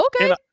Okay